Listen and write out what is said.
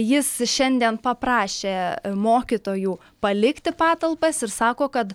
jis šiandien paprašė mokytojų palikti patalpas ir sako kad